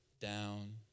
down